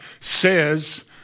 says